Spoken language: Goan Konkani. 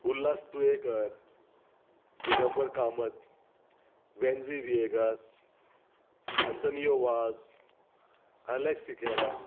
उल्हास तुयेकर दिगंबर कामत वेंझी विएगास आंतानियो वास आलेक्स सिक्वेरा